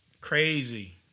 Crazy